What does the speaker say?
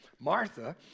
Martha